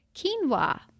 Quinoa